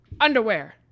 underwear